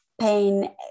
pain